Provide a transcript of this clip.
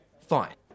Fine